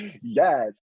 Yes